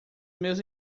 meus